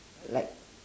like